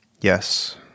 Yes